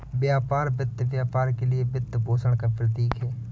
व्यापार वित्त व्यापार के लिए वित्तपोषण का प्रतीक है